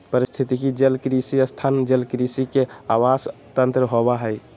पारिस्थितिकी जलकृषि स्थान जलकृषि के आवास तंत्र होबा हइ